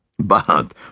but